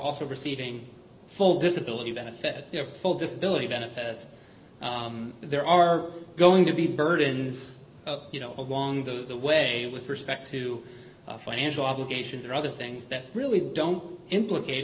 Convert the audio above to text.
also receiving full disability benefit or full disability benefits there are going to be burdens you know along the way with respect to financial obligations or other things that really don't implicate